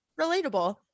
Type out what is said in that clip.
Relatable